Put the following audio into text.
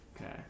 Okay